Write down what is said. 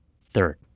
third